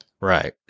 Right